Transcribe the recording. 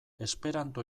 esperanto